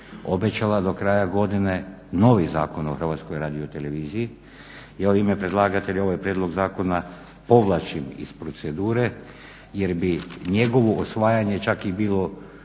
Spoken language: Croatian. obećala do kraja Nove godine novi Zakon o HRT-u i ovime predlagatelj ovaj prijedlog zakona povlačim iz procedure jer bi njegovo usvajanje čak i bilo